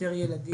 ליותר ילדים,